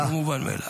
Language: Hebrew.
זה לא מובן מאליו.